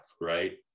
right